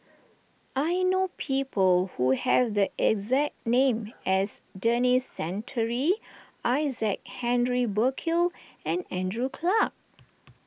I know people who have the exact name as Denis Santry Isaac Henry Burkill and Andrew Clarke